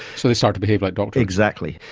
so they start to behave like doctors. exactly.